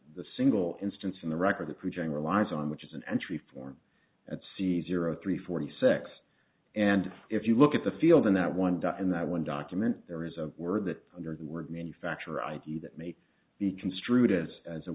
the single instance in the record the preaching relies on which is an entry form that sees your a three forty six and if you look at the field in that one in that one document there is a word that under the word manufacture id that may be construed as as a